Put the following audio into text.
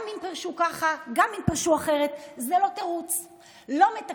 גם אם פירשו ככה, גם אם פירשו אחרת, זה לא תירוץ.